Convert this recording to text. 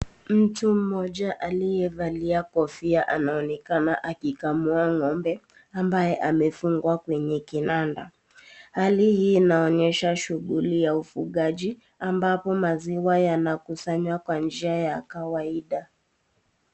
Mtu mmoja aliyevalia kofia anaonekana akikamua ng'ombe ambaye amefungwa kwenye kinanda, hali hii inaonyesha shughuli ya ufugaji ambapo maziwa yanakusanywa kwa njia ya kawaida.